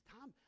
Tom